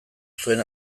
zuen